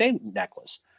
Necklace